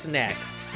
next